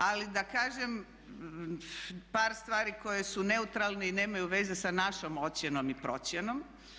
Ali da kažem par stvari koje su neutralne i nemaju veze sa našom ocjenom i procjenom.